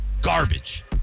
garbage